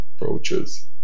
approaches